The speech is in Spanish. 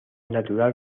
natural